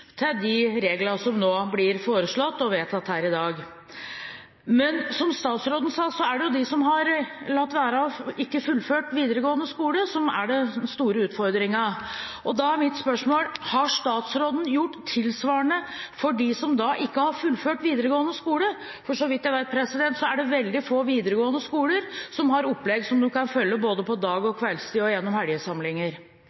de reglene som nå blir foreslått og vedtatt her i dag. Men som statsråden sa, er det de som har latt være å fullføre videregående skole, som er den store utfordringen. Da er mitt spørsmål: Har statsråden gjort tilsvarende for dem som ikke har fullført videregående skole? Så vidt jeg vet, er det veldig få videregående skoler som har opplegg som man kan følge på både dag- og